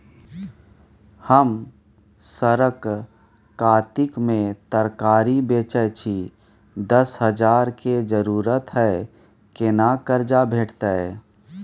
हम सरक कातिक में तरकारी बेचै छी, दस हजार के जरूरत हय केना कर्जा भेटतै?